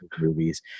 movies